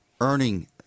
earning